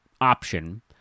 option